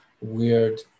weird